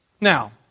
Now